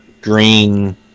green